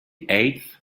eighth